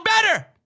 better